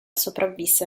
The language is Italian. sopravvisse